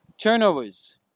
Turnovers